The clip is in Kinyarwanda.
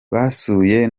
basuye